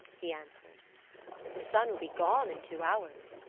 he answered the sun will be gone in two hours.